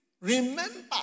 Remember